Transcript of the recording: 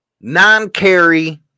non-carry